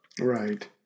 Right